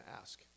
ask